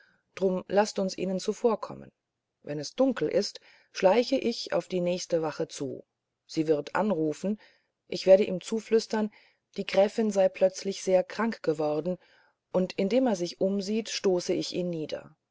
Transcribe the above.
drum laßt uns ihnen zuvorkommen wenn es dunkel ist schleiche ich auf die nächste wache zu sie wird anrufen ich werde ihm zuflüstern die gräfin sei plötzlich sehr krank geworden und indem er sich umsieht stoße ich ihn nieder